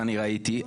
ואני ראיתי,